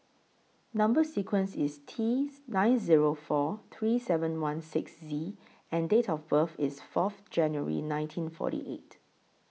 Number sequence IS T nine Zero four three seven one six Z and Date of birth IS Fourth January nineteen forty eight